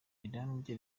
rirambye